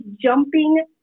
jumping